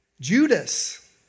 Judas